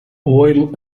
oil